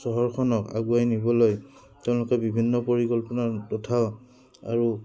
চহৰখনক আগুৱাই নিবলৈ তেওঁলোকে বিভিন্ন পৰিকল্পনা তথা আৰু